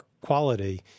quality